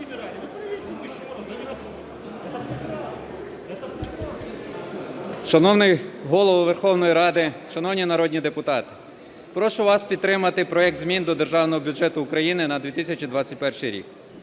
Шановний Голово Верховної Ради, шановні народні депутати, прошу вас підтримати проект змін до Державного бюджету України на 2021 рік.